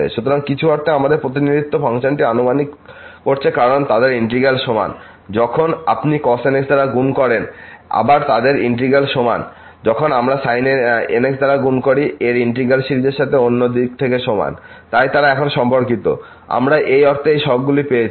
সুতরাং কিছু অর্থে আমাদের প্রতিনিধিত্ব ফাংশনটি আনুমানিক করছে কারণ তাদের ইন্টিগ্র্যাল সমান যখন আপনি cos nx দ্বারা গুণ করেন আবার তাদের ইন্টিগ্র্যাল সমান এবং যখন আমরা sin nx দ্বারা গুণ করি এর ইন্টিগ্র্যাল সিরিজের সাথে অন্য দিক সমান তাই তারা এখন সম্পর্কিত আমরা এই অর্থে এই সহগগুলি পেয়েছি